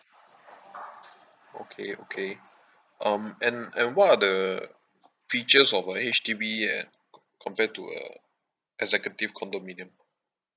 okay okay um and and what are the features of a H_D_B and compared to a executive condominium